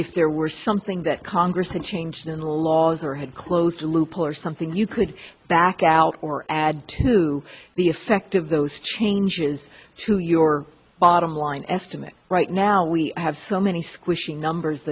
if there were something that congress and changed in laws or had close a loophole or something you could back out or add to the effect of those changes to your bottom line estimate right now we have so many squishy numbers